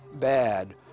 bad